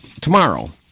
tomorrow